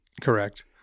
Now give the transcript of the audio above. Correct